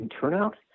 turnout